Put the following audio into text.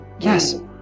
yes